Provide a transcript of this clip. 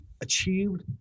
achieved